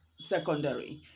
secondary